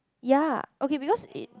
ya okay because it